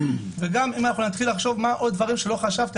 וגם אם נתחיל לחשוב מה עוד דברים שלא חשבתי,